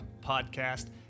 podcast